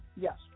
Yes